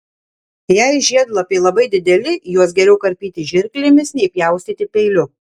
jei žiedlapiai labai dideli juos geriau karpyti žirklėmis nei pjaustyti peiliu